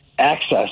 access